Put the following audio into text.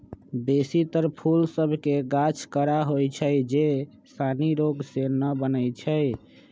बेशी तर फूल सभ के गाछ कड़ा होइ छै जे सानी से रोगी न बनै छइ